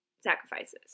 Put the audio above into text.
sacrifices